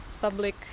public